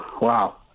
Wow